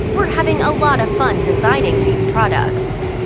we're having a lot of fun designing these products.